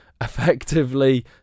effectively